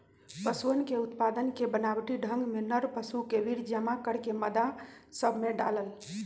पशुअन के उत्पादन के बनावटी ढंग में नर पशु के वीर्य जमा करके मादा सब में डाल्ल